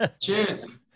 cheers